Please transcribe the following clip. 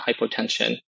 hypotension